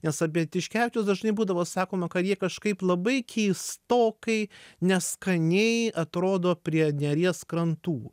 nes apie tiškevičius dažnai būdavo sakoma kad jie kažkaip labai keistokai neskaniai atrodo prie neries krantų